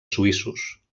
suïssos